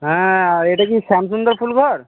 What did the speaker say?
হ্যাঁ এটা কি শ্যামসুন্দর ফুলঘর